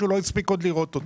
שהוא לא הספיק עוד לראות אותו.